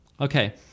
Okay